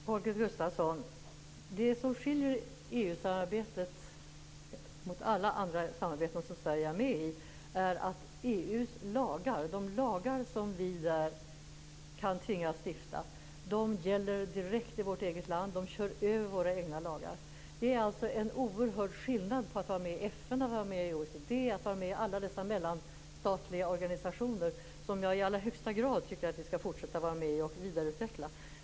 Fru talman! Det som skiljer EU-samarbetet från alla andra samarbeten som Sverige är med i, Holger Gustafsson, är att de lagar som vi i EU kan tvingas stifta gäller direkt i vårt eget land. De kör över våra egna lagar. Det är alltså en oerhörd skillnad mot att vara med i FN, OECD och alla dessa mellanstatliga organisationer som jag i allra högsta grad tycker att vi skall fortsätta att vara med i och vidareutveckla.